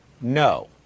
no